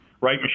Right